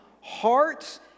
hearts